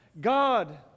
God